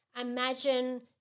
imagine